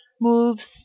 moves